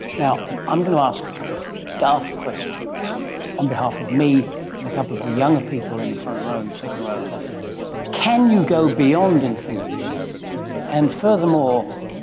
i'm going to ask a couple of daft questions on behalf of me and a couple of the younger people in the front row second row can you go beyond infinity and, furthermore,